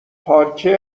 پارکه